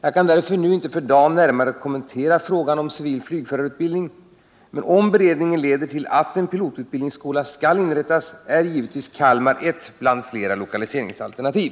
Jag kan därför nu inte närmare kommentera frågan om civil flygförarutbildning. Om beredningen leder till att en pilotutbildningsskola skall inrättas är givetvis Kalmar ett bland flera lokaliseringsalternativ.